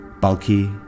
bulky